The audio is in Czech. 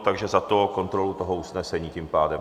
Takže za kontrolu toho usnesení tím pádem.